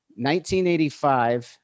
1985